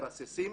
מרססים,